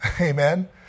amen